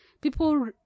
people